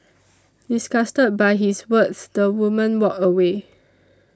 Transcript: disgusted by his words the woman walked away